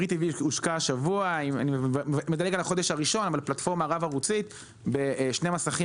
Free T.V הושקע בפלטפורמה רב ערוצית; בשני מסכים